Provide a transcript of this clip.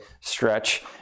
stretch